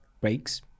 breaks